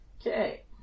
Okay